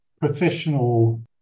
professional